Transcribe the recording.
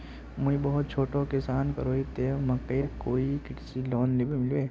मुई बहुत छोटो किसान करोही ते मकईर कोई कृषि लोन मिलबे?